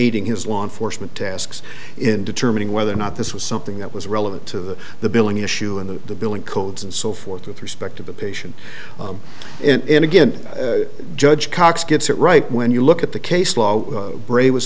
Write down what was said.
aiding his law enforcement tasks in determining whether or not this was something that was relevant to the billing issue and the building codes and so forth with respect to the patient and again judge cox gets it right when you look at the case law brae was